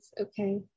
okay